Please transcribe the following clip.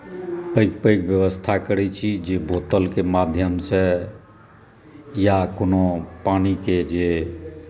पैघ पैघ व्यवस्था करै छी जे बोतलके माध्यमसँ या कोनो पानिके जे